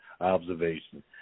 observation